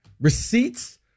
Receipts